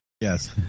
Yes